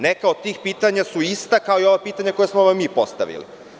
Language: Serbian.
Neka od tih pitanja su ista kao i ova pitanja koja smo vam mi postavili.